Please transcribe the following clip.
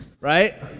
Right